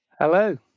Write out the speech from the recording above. Hello